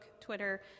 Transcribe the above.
Twitter